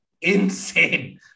insane